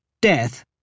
death